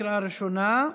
לקריאה ראשונה.